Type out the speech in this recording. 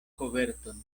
koverton